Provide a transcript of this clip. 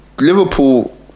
Liverpool